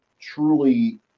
truly